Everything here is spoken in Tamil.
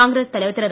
காங்கிரஸ் தலைவர் திரு